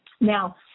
Now